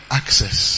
access